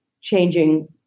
changing